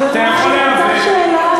שאלה,